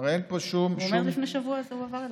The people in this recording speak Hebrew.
הוא אומר: לפני שבוע זה הועבר אליהם.